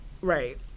Right